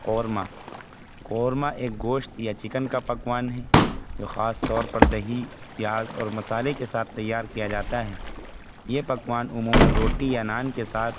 قورمہ قورمہ ایک گوشت یا چکن کا پکوان ہے جو خاص طور پر دہی پیاز اور مصالحے کے ساتھ تیار کیا جاتا ہے یہ پکوان عموماً روٹی یا نان کے ساتھ